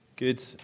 Good